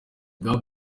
bwa